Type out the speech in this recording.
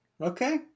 Okay